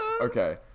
Okay